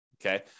okay